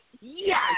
yes